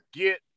get